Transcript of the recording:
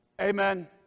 Amen